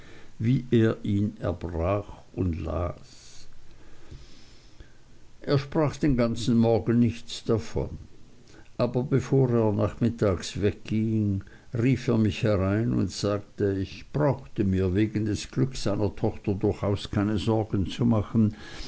wie er ihn erbrach und las er sprach den ganzen morgen nichts davon aber bevor er nachmittags wegging rief er mich herein und sagte ich brauchte mir wegen des glücks seiner tochter durchaus keine sorgen zu machen